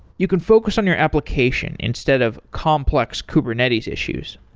you can focus on your application instead of complex kubernetes issues.